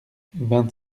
vingt